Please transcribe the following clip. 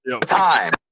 Time